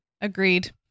agreed